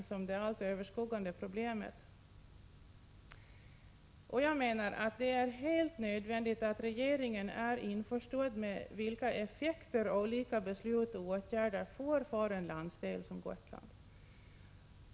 Transporterna är det allt överskuggande problemet. Jag menar att det är helt nödvändigt att regeringen är införstådd med vilka effekter olika beslut och åtgärder får för en landsdel som Gotland.